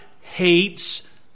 hates